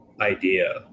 idea